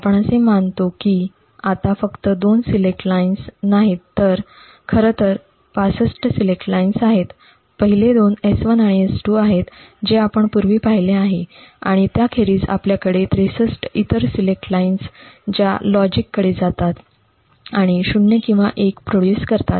आपण असे मानतो की आता फक्त दोन सिलेक्ट लाईन्स नाहीत तर खरं तर 65 सिलेक्ट लाईन्स आहेत पहिले दोन S1 आणि S2 आहेत जे आपण पूर्वी पाहिले आहेत आणि त्याखेरीज आपल्याकडे 63 इतर सिलेक्ट लाईन्स ज्या लॉजिक कडे जातात आणि 0 किंवा 1 प्रोड्युस करतात